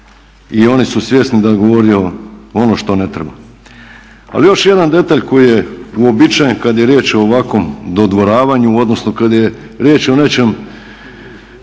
i oni su svjesni da je govorio ono što ne treba. Ali još jedan detalj koji je uobičajen kad je riječ o ovakvom dodvoravanju, odnosno kad je riječ o nečem